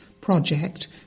project